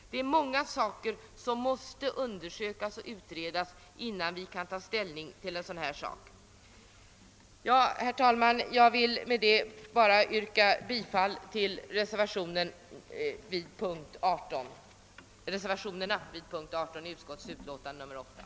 Detta bara som exempel på frågor som måste undersökas och utredas innan man kan ta ställning i denna fråga. Jag vill med detta yrka bifall till reservationerna 3 a och 3 b vid punkten 18.